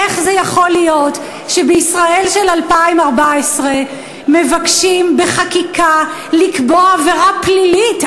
איך זה יכול להיות שבישראל של 2014 מבקשים בחקיקה לקבוע עבירה פלילית,